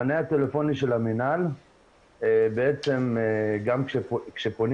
המענה הטלפוני של המינהל בעצם גם כשפונים